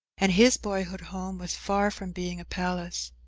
and his boyhood home was far from being a palace.